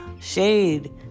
Shade